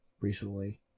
recently